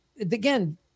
again